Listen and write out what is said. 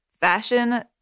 fashion